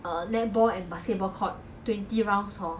my coach make us run lah then 我有个朋友 hor she say